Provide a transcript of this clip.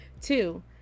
two